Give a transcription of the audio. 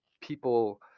people